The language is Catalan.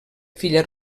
filla